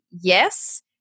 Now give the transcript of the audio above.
yes